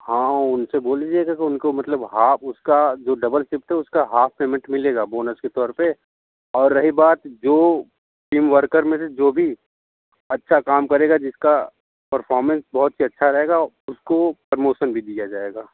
हाँ उनसे बोल दीजिएगा कि उनको मतलब हाफ उसका जो डबल शिफ़्ट है उसका हाफ पेमेंट मिलेगा बोनस के तौर पर और रही बात जो टीम वर्कर में से जो भी अच्छा काम करेगा जिसका परफॉर्मेंस बहुत ही अच्छा रहेगा उसको प्रमोशन भी दिया जाएगा